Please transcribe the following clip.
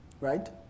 Right